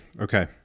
Okay